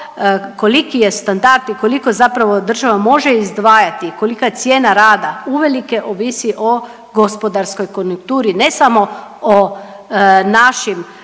koliki je standard i koliko zapravo država može izdvajati, kolika je cijena rada uvelike ovisi o gospodarskoj konjunkturi, ne samo o našim